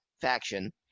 faction